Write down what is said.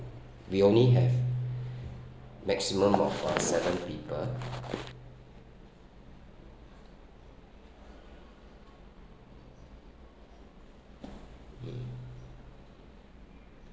we only have maximum of uh seven people mm